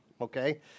okay